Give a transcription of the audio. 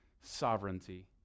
sovereignty